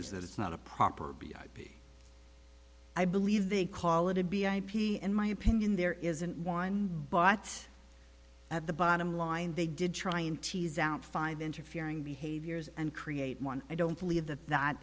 is that it's not a proper b p i believe they call it a b i p and my opinion there isn't one but at the bottom line they did try and tease out five interfering behaviors and create one i don't believe that that